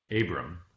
Abram